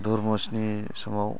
थुरमुजनि समाव